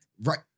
Right